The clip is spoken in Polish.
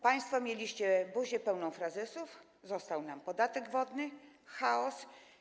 Państwo mieliście buzię pełną frazesów, został nam podatek wodny, chaos.